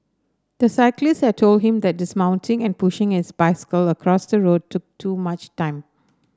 the cyclist had told him that dismounting and pushing his bicycle across the road took too much time